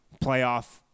playoff